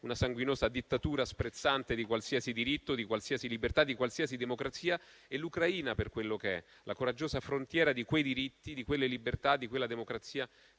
una sanguinosa dittatura sprezzante di qualsiasi diritto, di qualsiasi libertà, di qualsiasi democrazia; e l'Ucraina per quello che è, la coraggiosa frontiera di quei diritti, di quelle libertà, di quella democrazia